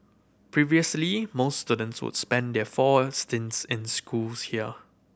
previously most students would spend their four stints in schools here